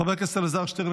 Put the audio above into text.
חבר הכנסת אלעזר שטרן,